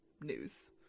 news